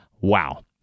Wow